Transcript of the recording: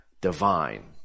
divine